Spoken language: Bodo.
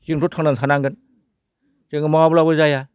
जोंथ' थांनानै थानांगोन जोङो मावाब्लाबो जाया